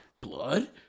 Blood